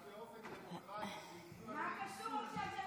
מה קשור עכשיו?